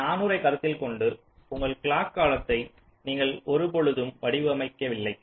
அந்த 400 ஐ கருத்தில் கொண்டு உங்கள் கிளாக் காலத்தை நீங்கள் ஒருபொழுதும் வடிவமைக்கவில்லை